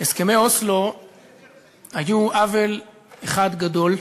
הסכמי אוסלו היו עוול אחד גדול.